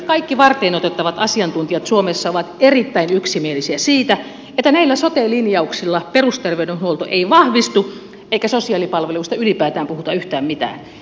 kaikki varteenotettavat asiantuntijat suomessa ovat erittäin yksimielisiä siitä että näillä sote linjauksilla perusterveydenhuolto ei vahvistu eikä sosiaalipalveluista ylipäätään puhuta yhtään mitään